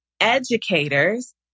educators